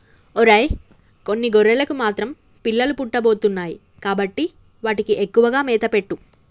ఒరై కొన్ని గొర్రెలకు మాత్రం పిల్లలు పుట్టబోతున్నాయి కాబట్టి వాటికి ఎక్కువగా మేత పెట్టు